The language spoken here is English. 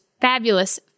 fabulous